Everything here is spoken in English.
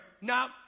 Now